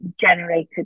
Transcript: generated